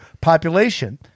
population